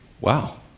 Wow